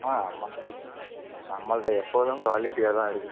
ஆ நம்மள்கிட்ட நம்மள்கிட்ட எப்போதும் குவாலிட்டியாகதான் இருக்கு